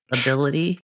ability